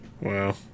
wow